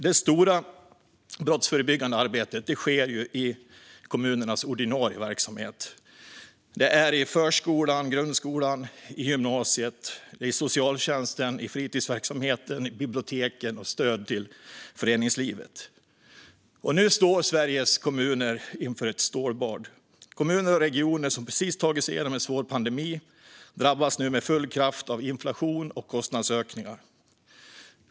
Det stora brottsförebyggande arbetet sker dock i kommunernas ordinarie verksamhet - i förskolan, grundskolan och gymnasiet, inom socialtjänsten, i fritidsverksamheten, på biblioteken och genom stöd till föreningslivet. Nu står Sveriges kommuner inför ett stålbad. Kommuner och regioner som precis har tagit sig igenom en svår pandemi drabbas nu med full kraft av inflation och kostnadsökningar.